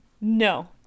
No